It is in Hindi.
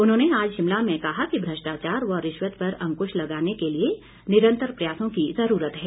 उन्होंने आज शिमला में कहा कि भ्रष्टाचार व रिश्वत पर अंक्श लगाने के लिए निरन्तर प्रयासों की जरूरत है